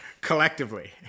Collectively